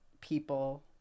people